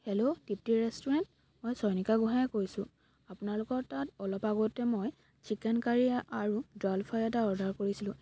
hello T T restaurant মই চয়নিকা গোহাঁয়ে কৈছোঁ আপোনালোকৰ তাত অলপ আগতে মই চিকেন কাৰী আৰু দাল ফ্ৰাই এটা অৰ্দাৰ কৰিছিলোঁ